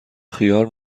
خیار